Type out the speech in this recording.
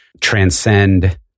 transcend